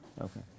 Okay